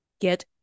get